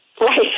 Right